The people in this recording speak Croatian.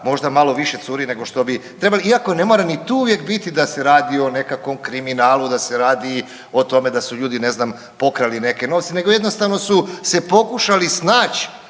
možda malo više curi nego što bi trebali, iako ne mora ni tu uvijek biti da se radi o nekakvom kriminalu, da se radi o tome da su ljudi, ne znam, pokrali neke novce, nego jednostavno su se pokušali snaći